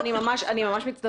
אני ממש מתנצלת,